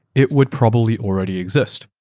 it would probably already exist,